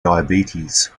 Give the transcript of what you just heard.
diabetes